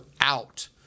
out